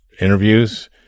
interviews